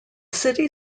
city